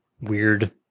weird